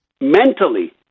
mentally